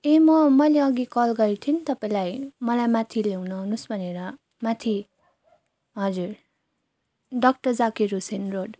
ए म मैले अघि कल गरेको थिएँ नि त तपाईँलाई मलाई माथि ल्याउनु आउनुहोस् भनेर माथि हजुर डक्टर जाकिर हुसेन रोड